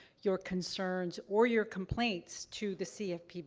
your concerns, or your complaints to the cfpb.